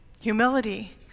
humility